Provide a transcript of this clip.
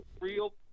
real